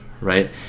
Right